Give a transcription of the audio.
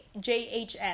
JHS